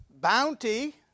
bounty